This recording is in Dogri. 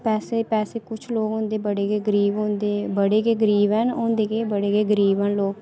पैसे पैसे कुछ लोक होंदे बड़े गै गरीब होंदे बड़े गै गरीब हैन होंदे केह् बड़े गै गरीब न लोक